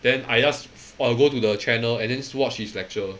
then I just uh go to the channel and then just watch his lecture